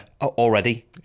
Already